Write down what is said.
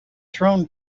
thrown